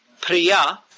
priya